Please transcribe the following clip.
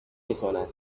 میکند